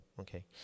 okay